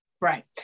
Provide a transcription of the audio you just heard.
Right